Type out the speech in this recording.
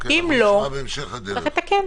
אם לא, יש לתקן.